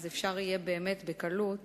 אז אפשר יהיה באמת בקלות